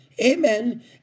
Amen